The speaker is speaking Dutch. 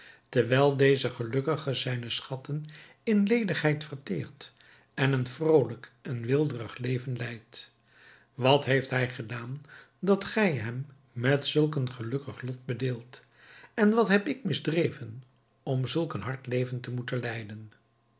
terwijl deze gelukkige zijne schatten in ledigheid verteert en een vrolijk en weelderig leven leidt wat heeft hij gedaan dat gij hem met zulk een gelukkig lot bedeelt en wat heb ik misdreven om zulk een hard leven te moeten leiden